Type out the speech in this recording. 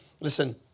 Listen